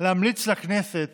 להמליץ לכנסת